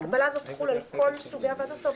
ההגבלה הזאת תחול על כל סוגי הוועדות?